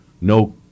no